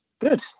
Good